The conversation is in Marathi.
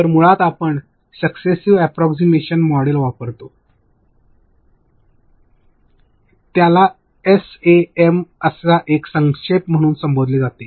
तर मुळात आपण सक्सेसिव्ह अॅपरॉक्सीमेशन मॉडेल वापरतो त्याला एसएएम एक संक्षेप म्हणून संबोधले जाते